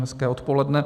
Hezké odpoledne.